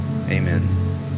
Amen